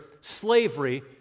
slavery